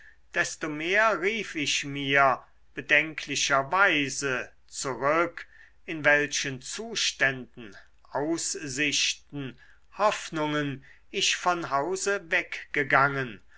desto mehr rief ich mir bedenklicher weise zurück in welchen zuständen aussichten hoffnungen ich von hause weg